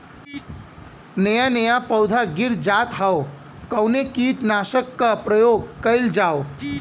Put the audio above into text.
नया नया पौधा गिर जात हव कवने कीट नाशक क प्रयोग कइल जाव?